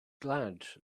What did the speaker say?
glad